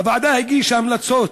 הוועדה הגישה המלצות.